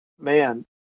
man